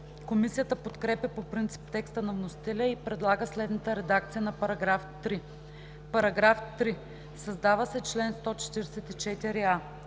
Комисията подкрепя по принцип текста на вносителя и предлага следната редакция на § 3: „§ 3. Създава се чл. 144а: